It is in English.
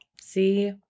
see